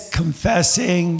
confessing